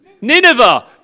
Nineveh